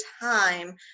time